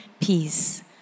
peace